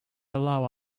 allow